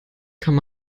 kann